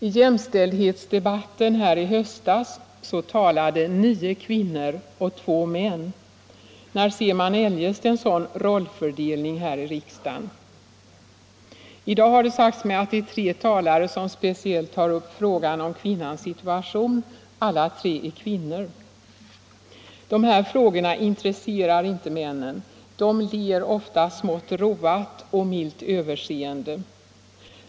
I jämställdhetsdebatten här i höstas talade nio kvinnor och två män. När ser man eljest en sådan rollfördelning i riksdagen? I dag har det sagts mig att det är tre talare som speciellt tar upp frågan om kvinnans situation — alla tre är kvinnor. De här frågorna intresserar inte männen. De ler ofta smått roat och milt överseende.